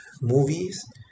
movies